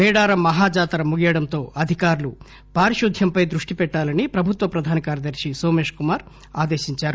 మేడారం మహా జాతర ముగియడంతో అధికారులు పారిశుధ్వంపై దృష్టిపెట్టాలని ప్రభుత్వ ప్రధాన కార్యదర్ని సోమేష్ కుమార్ ఆదేశించారు